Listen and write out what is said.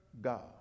God